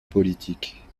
politique